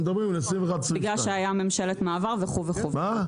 בגלל שהיה ממשלת מעבר וכו' וכו',